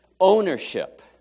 Ownership